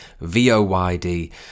V-O-Y-D